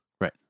right